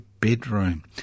bedroom